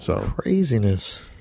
Craziness